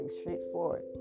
straightforward